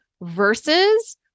versus